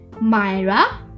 Myra